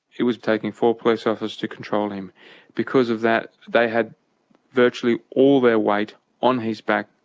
it was taking four police officers to control him because of that they had virtually all their weight on his back.